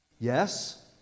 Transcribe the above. Yes